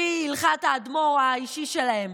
לפי הלכת האדמו"ר האישי שלהם.